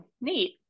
neat